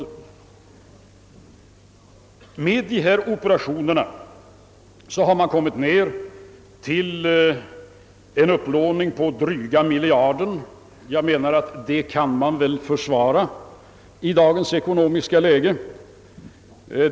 Med dessa operationer har man kommit ned till en upplåning på dryga miljarden, och det kan väl försvaras i dagens ekonomiska läge.